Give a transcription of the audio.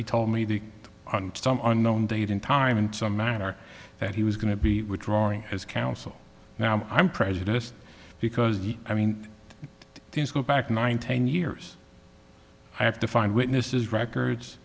he told me the unknown date in time in some manner that he was going to be withdrawing as counsel now i'm prejudiced because i mean these go back nine ten years i have to find witnesses records